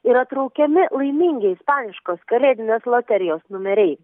yra traukiami laimingi ispaniškos kalėdinės loterijos numeriai